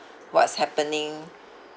what's happening